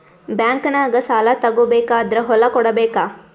ಬ್ಯಾಂಕ್ನಾಗ ಸಾಲ ತಗೋ ಬೇಕಾದ್ರ್ ಹೊಲ ಕೊಡಬೇಕಾ?